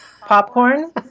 popcorn